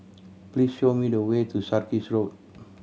please show me the way to Sarkies Road